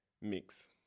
mix